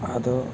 അത്